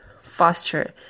faster